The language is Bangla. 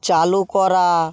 চালু করা